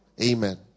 amen